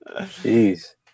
jeez